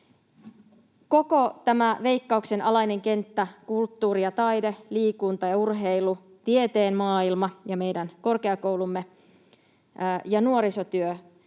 Koko tämä Veikkauksen alainen kenttä — kulttuuri ja taide, liikunta ja urheilu, tieteen maailma ja meidän korkeakoulumme ja nuorisotyö